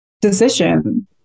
decision